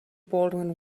baldwin